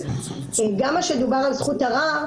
מה שדובר על זכות ערר,